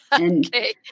Okay